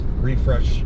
refresh